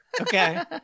Okay